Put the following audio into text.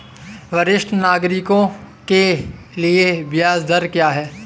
वरिष्ठ नागरिकों के लिए ब्याज दर क्या हैं?